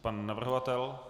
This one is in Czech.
Pan navrhovatel?